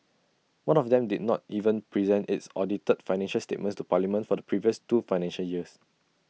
one of them did not even present its audited financial statements to parliament for the previous two financial years